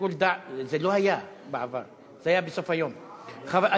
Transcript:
ליושב-ראש יש שיקול דעת.